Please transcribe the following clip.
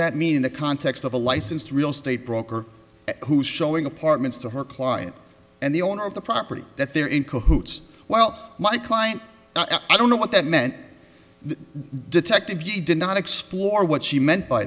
that mean in the context of a licensed real estate broker who is showing apartments to her client and the owner of the property that they're in cahoots while my client i don't know what that meant the detectives she did not explore what she meant by